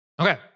Okay